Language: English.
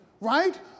right